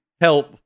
help